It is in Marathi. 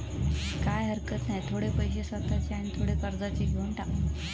काय हरकत नाय, थोडे पैशे स्वतःचे आणि थोडे कर्जाचे घेवन टाक